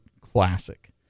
classic